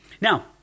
Now